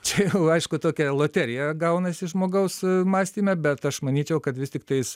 čia jau aišku tokia loterija gaunasi žmogaus mąstyme bet aš manyčiau kad vis tiktais